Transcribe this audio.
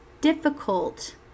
difficult